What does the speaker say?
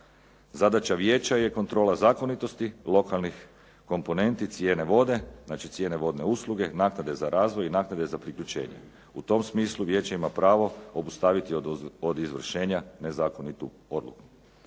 Zadaća vijeća je kontrola zakonitosti lokalnih komponenti, cijene vode, znači cijene vodne usluge, naknade za razvoj i naknade za priključenje. U tom smislu vijeće ima pravo obustaviti od izvršenja nezakonitu odluku.